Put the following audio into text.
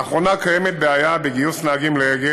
לאחרונה קיימת בעיה בגיוס נהגים ל"אגד",